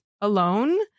alone